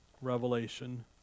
Revelation